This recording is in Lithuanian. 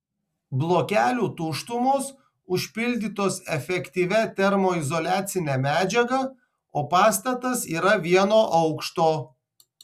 blokelių tuštumos užpildytos efektyvia termoizoliacine medžiaga o pastatas yra vieno aukšto